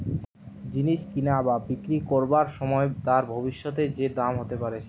জিনিস কিনা বা বিক্রি করবার সময় তার ভবিষ্যতে যে দাম হতে পারে